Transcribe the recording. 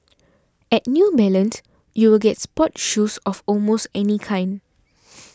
at New Balance you will get sports shoes of almost any kind